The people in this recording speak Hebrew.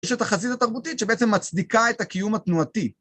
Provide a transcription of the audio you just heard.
יש את החזית התרבותית שבעצם מצדיקה את הקיום התנועתי.